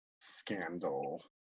scandal